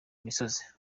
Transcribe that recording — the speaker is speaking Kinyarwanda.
misozi